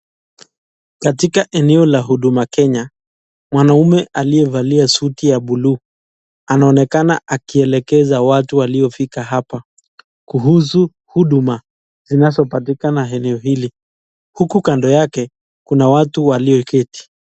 Katika eneo la Huduma Kenya mwanaume aliyevalia suti ya buluu anaonekana akielekeza watu waliofika hapa kuhusu huduma zinazopatikana eneo hili huku kando yake kuna watu walioketi.